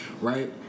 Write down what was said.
right